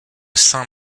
saint